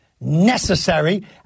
necessary